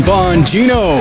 Bongino